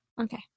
Okay